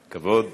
כבוד.